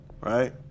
right